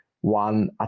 one